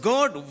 God